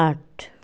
आठ